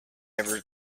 ever